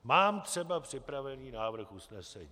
Mám třeba připravený návrh usnesení.